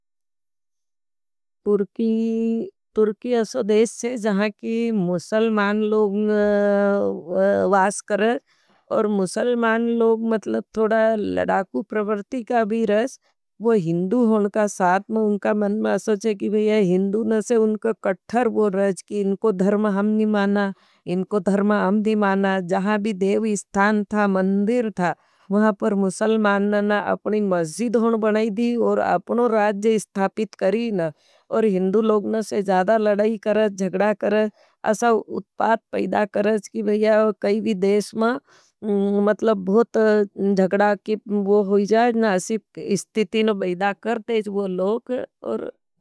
तुर्की अशो देश हैं जहांकी मुसल्मान लोग वास कर रहे हैं। और मुसल्मान लोग मतलब थोड़ा लडाकू प्रमर्टी का भी रश वो हिंदू होनका सात्म उनका मन में अशो चे। की वे ये हिंदू नसे उनका कठर वो रश की इनको धर्मा हमनी माना जहां भी देवि स्थान था मंदीर था। वहाँ पर मुसल्मानना अपनी मस्जी दोन बनाई दी। और अपनो राज्जे इस्ठापित करी न और हिंदू लोगने से जादा लड़ाई करें जगड़ा करें। अशा उत्पात पैड़ा करेंच की भैया काई भी देश में मतलब भोत जगड़ा की वो हो जाये न अशी इस्तिती न पैड़ा करते हैं वो लोग और।